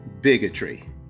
bigotry